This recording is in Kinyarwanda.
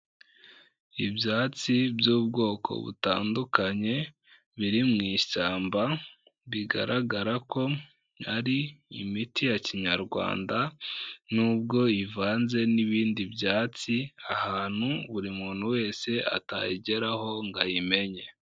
Ibyatsi by'ubwoko butandukanye, biri mu ishyamba, bigaragara ko ari imiti ya kinyarwanda n'ubwo ivanze n'ibindi byatsi ahantu buri muntu wese atayigeraho ngo ayimenye.